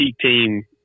team